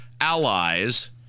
allies